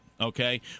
Okay